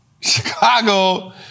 Chicago